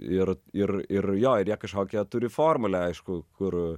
ir ir ir jo ir jie kažkokią turi formulę aišku kur